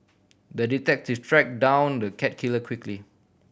the detective track down the cat killer quickly